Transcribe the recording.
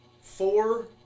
four